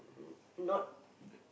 not